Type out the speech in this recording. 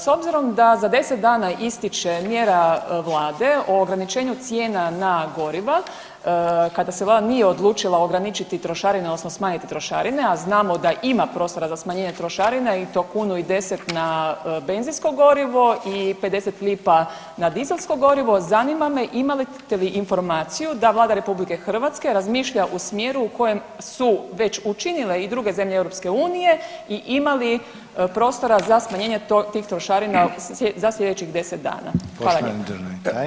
S obzirom da za 10 dana ističe mjera vlade o ograničenju cijena na goriva, kada se vlada nije odlučila ograničiti trošarine odnosno smanjiti trošarine, a znamo da ima prostora za smanjenje trošarina i to 1,10 na benzinsko gorivo i 50 lipa na dizelsko gorivo zanima me imate li informaciju da Vlada RH razmišlja u smjeru u kojem su već učinile i druge zemlje EU i ima li prostora za smanjenje tih trošarina za slijedećih 10 dana.